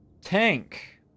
Tank